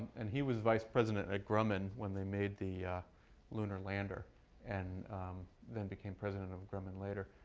and he was vice president of grumman when they made the lunar lander and then became president of grumman later.